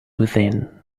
within